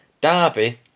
Derby